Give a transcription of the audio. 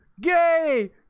gay